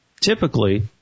typically